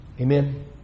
Amen